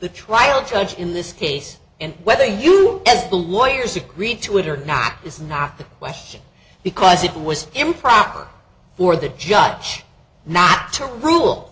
the trial judge in this case and whether you as the wires agreed to it or not is not the question because it was improper for the judge not to rule